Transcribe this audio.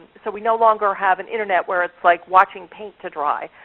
so we no longer have an internet where it's like watching paint to dry.